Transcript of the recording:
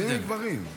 נשים וגברים.